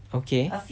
okay